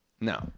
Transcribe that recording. No